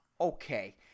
Okay